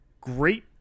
great